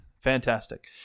Fantastic